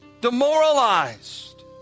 Demoralized